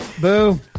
boo